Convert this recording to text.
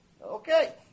Okay